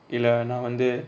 இல்ல நா வந்து:illa na vanthu